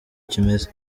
kimeze